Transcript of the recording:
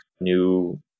new